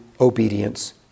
obedience